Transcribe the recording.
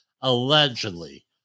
allegedly